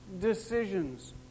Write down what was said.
decisions